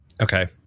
Okay